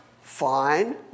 fine